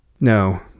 No